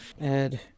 Ed